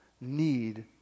need